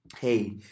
Hey